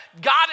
God